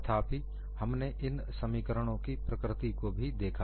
तथापि हमने इन समीकरणों की प्रकृति को भी देखा